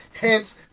hence